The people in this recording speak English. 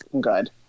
good